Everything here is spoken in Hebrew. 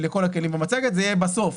זה יהיה בסוף.